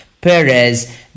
Perez